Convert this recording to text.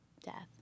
death